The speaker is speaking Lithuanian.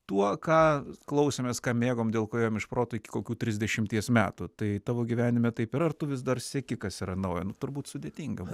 tuo ką klausėmės ką mėgom dėl ko jam iš proto iki kokių trisdešimties metų tai tavo gyvenime taip yra ar tu vis dar seki kas yra naujo turbūt sudėtinga